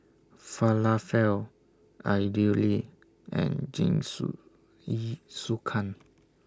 Falafel Idili and